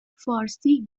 فارسی